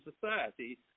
society